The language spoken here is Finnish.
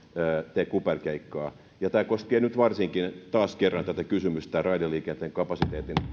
tee kuperkeikkaa ja tämä koskee nyt varsinkin taas kerran kysymystä raideliikenteen kapasiteetin